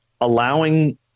allowing